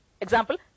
example